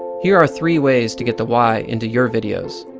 here are three ways to get the y into your videos.